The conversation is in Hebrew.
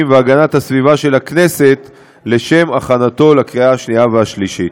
והגנת הסביבה של הכנסת לשם הכנתו לקריאה שנייה ושלישית.